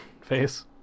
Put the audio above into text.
face